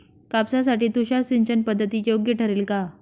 कापसासाठी तुषार सिंचनपद्धती योग्य ठरेल का?